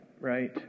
right